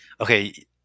okay